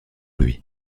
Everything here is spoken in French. lui